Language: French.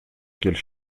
qu’elle